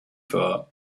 thought